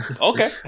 Okay